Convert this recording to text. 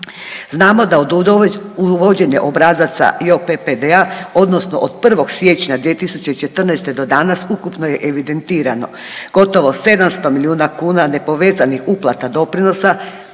Znamo da uvođenje obrazaca JOPPD-a odnosno od 1. siječnja 2014. do danas, ukupno je evidentirano gotovo 700 milijuna kuna nepovezanih uplata doprinosa